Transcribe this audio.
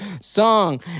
Song